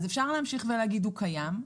אז אפשר להמשיך ולהגיד שהוא קיים,